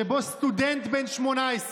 שבו סטודנט בן 18,